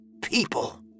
People